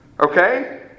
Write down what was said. Okay